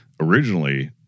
Originally